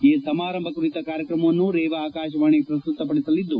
ಈ ಸಮಾರಂಭದ ಕುರಿತ ಕಾರ್ಯಕ್ರಮವನ್ನು ರೇವಾ ಆಕಾಶವಾಣಿ ಪ್ರಸ್ತುತ ಪಡಿಸಲಿದ್ದು